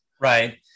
right